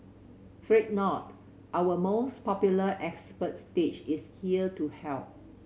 fret not our most popular expert stage is here to help